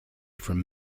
from